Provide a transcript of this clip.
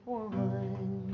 one